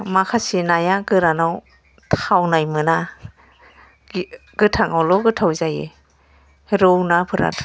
माखासे नाया गोरानआव थावनाय मोना गोथांआवल' गोथाव जायो रौ नाफोरा